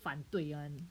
反对 [one]